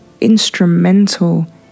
instrumental